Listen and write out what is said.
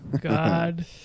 God